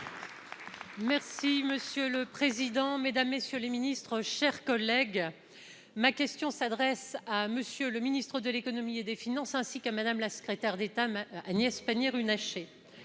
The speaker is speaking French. Monsieur le président, mesdames, messieurs les ministres, mes chers collègues, ma question s'adresse à M. le ministre de l'économie et des finances ainsi qu'à Mme la secrétaire d'État Agnès Pannier-Runacher.